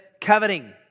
coveting